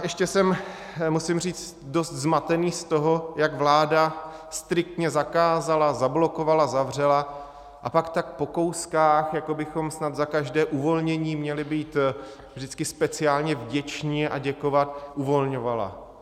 Ještě jsem, musím říct, dost zmatený z toho, jak vláda striktně zakázala, zablokovala, zavřela, a pak tak po kouskách, jako bychom snad za každé uvolnění měli být vždycky speciálně vděčni a děkovat, uvolňovala.